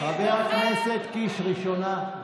חבר הכנסת קיש, ראשונה.